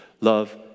Love